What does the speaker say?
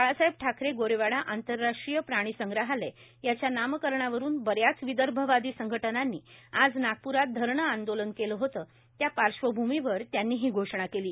बाळासाहेब ठाकरे गोरेवाडा आंतरराष्ट्रीय प्राणिसंग्रहालय याच्या नामकरणावरून बऱ्याच विदर्भवादी संघटनांनी आज नागप्रात धरणे आंदोलन केलं होतं त्या पार्श्वभूमीवर त्यांनी ही घोषणा केली आहे